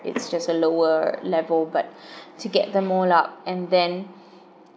it's just a lower level but to get them all up and then